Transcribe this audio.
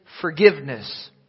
forgiveness